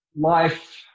life